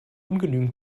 ungenügend